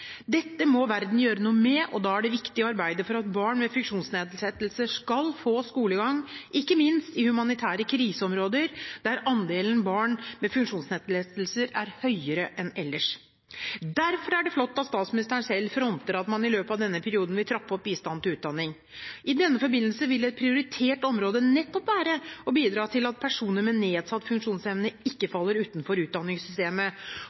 Dette må verden gjøre noe med, og da er det viktig å arbeide for at barn med funksjonsnedsettelser skal få skolegang, ikke minst i humanitære kriseområder der andelen barn med funksjonsnedsettelser er høyere enn ellers. Derfor er det flott at statsministeren selv fronter at man i løpet av denne perioden vil trappe opp bistanden til utdanning. I den forbindelse vil et prioritert område nettopp være å bidra til at personer med nedsatt funksjonsevne ikke faller utenfor utdanningssystemet.